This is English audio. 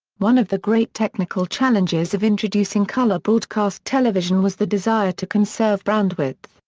one of the great technical challenges of introducing color broadcast television was the desire to conserve bandwidth,